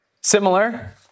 Similar